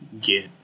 get